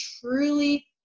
truly